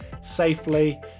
safely